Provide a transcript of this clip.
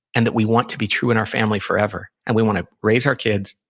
and that we want to be true in our family forever? and we want to raise our kids,